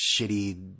shitty